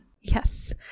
Yes